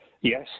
Yes